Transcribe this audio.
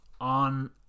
on